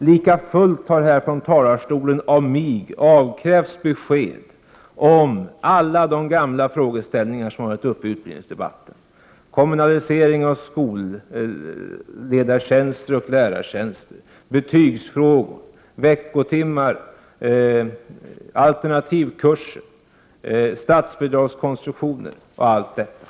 Likafullt har här från talarstolen av mig avkrävts besked om alla de gamla frågeställningar som varit uppe i utbildningsdebatten: kommunalisering av skolledartjänster och lärartjänster, betygsfrågor, veckotimmar, alternativkurser, statsbidragskonstruktioner och allt detta.